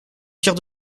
tire